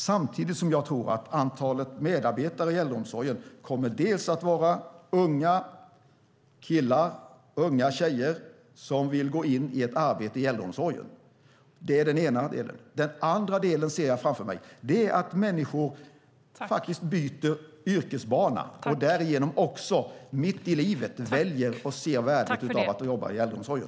Samtidigt tror jag att medarbetarna i äldreomsorgen dels kommer att vara unga killar och tjejer som vill gå in i ett arbete i äldreomsorgen, dels människor som byter yrkesbana för att därigenom också mitt i livet välja och se värdet av att jobba i äldreomsorgen.